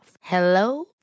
Hello